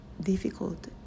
difficult